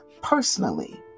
personally